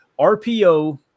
RPO